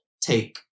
take